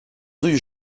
rue